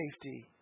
safety